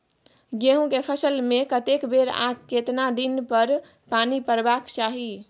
गेहूं के फसल मे कतेक बेर आ केतना दिन पर पानी परबाक चाही?